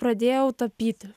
pradėjau tapyti